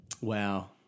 wow